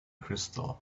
crystal